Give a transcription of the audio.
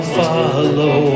follow